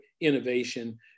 innovation